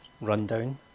rundown